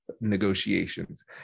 negotiations